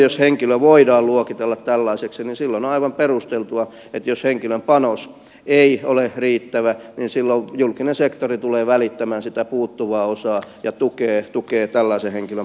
jos henkilö voidaan luokitella tällaiseksi niin silloin on aivan perusteltua että jos henkilön panos ei ole riittävä julkinen sektori tulee välittämään sitä puuttuvaa osaa ja tukee tällaisen henkilön palkkaamista